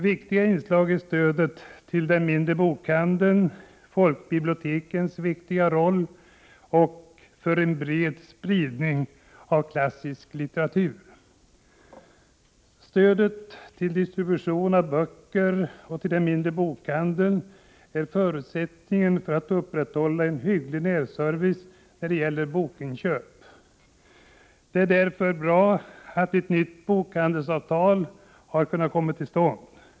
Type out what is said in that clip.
Väsentliga inslag är bl.a. stödet till de mindre bokhandelsföretagen, folkbibliotekens viktiga roll och stödet för bred spridning av klassisk litteratur. Stödet till distribution av böcker och till de mindre bokhandelsföretagen är förutsättningar för upprätthållande av en hygglig närservice då det gäller bokinköp. Det är därför bra att ett nytt bokhandelsavtal nu har kommit till stånd.